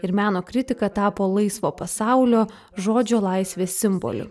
ir meno kritika tapo laisvo pasaulio žodžio laisvės simboliu